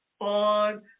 on